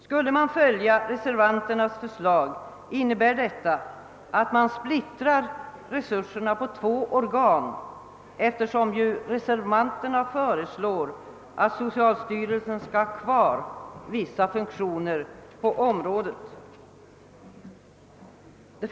Skulle man följa reservanternas förslag splittras resurserna på två organ, eftersom reservanterna föreslår att socialstyrelsen skall ha kvar vissa funktioner på området.